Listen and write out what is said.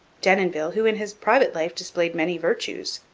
denonville, who in his private life displayed many virtues,